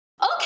Okay